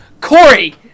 Corey